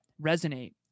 resonate